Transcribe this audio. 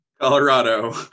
Colorado